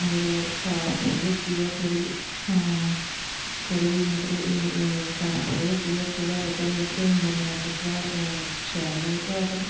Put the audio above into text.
और साफ सफाई कि थोह्ड़ी हां थोह्ड़ी मतलब साफ सफाई और थोह्ड़ा बहूता इद्धर दा इनवारनमेंट थोह्ड़ा शैल ऐ